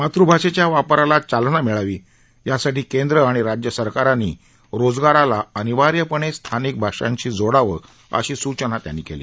मातृभाषेच्या वापराला चालना मिळावी यासाठी केंद्रं आणि राज्य सरकारांनी रोजगाराला अनिवार्यपणे स्थानिक भाषांशी जोडांव अशी सूचना त्यांनी केली